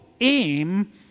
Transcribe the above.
aim